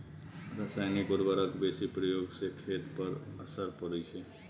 रसायनिक उर्वरक के बेसी प्रयोग से खेत पर की असर परै छै?